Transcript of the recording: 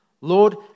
Lord